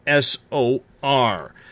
SOR